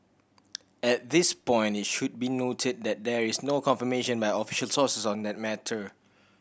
at this point it should be noted that there is no confirmation by official sources on that matter